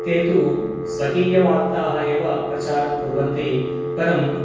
ते तु स्वकीयवार्ताः एव प्रचारं कुर्वन्ति परम्